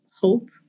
hope